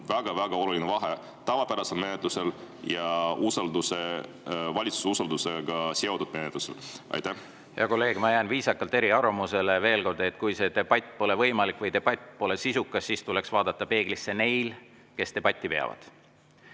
väga-väga oluline [erinevus] tavapärase menetluse ja valitsuse usaldusega seotud menetluse vahel. Hea kolleeg, ma jään viisakalt eriarvamusele. Veel kord, kui debatt pole võimalik või debatt pole sisukas, siis tuleks vaadata peeglisse neil, kes debatti veavad.